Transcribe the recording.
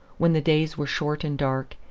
when the days were short and dark,